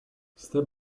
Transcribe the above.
step